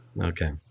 Okay